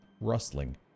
rustling